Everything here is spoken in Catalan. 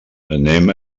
anem